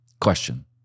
Question